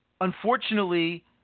unfortunately